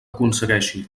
aconsegueix